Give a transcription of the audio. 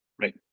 Right